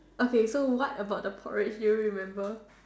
okay so what about the porridge do you remember